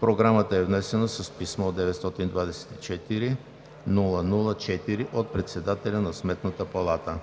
Програмата е внесена с писмо № 924-00-4 от председателя на Сметната палата.